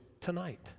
tonight